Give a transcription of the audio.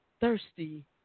thirsty